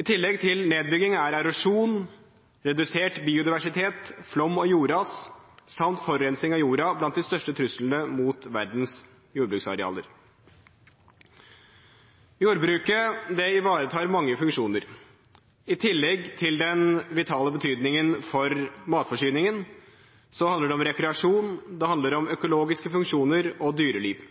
I tillegg til nedbygging er erosjon, redusert biodiversitet, flom og jordras samt forurensing av jorda blant de største truslene mot verdens jordbruksarealer. Jordbruket ivaretar mange funksjoner. I tillegg til den vitale betydningen for matforsyningen handler det om rekreasjon, om økologiske funksjoner og dyreliv.